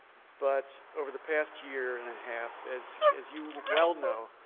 but over the past year and a half, as as you well know,